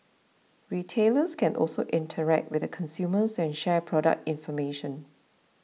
retailers can also interact with the consumers and share product information